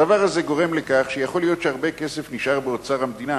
הדבר גורם לכך שיכול להיות שהרבה כסף נשאר באוצר המדינה,